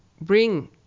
bring